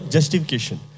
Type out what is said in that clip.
Justification